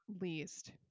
least